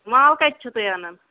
مال کَتہِ چھُو تُہۍ انان